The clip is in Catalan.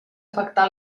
afectà